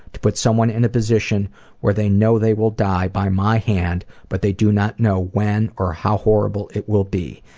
to put someone in a position where they know they will die by my hand, but they do not know when or how horrible it will be.